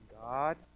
god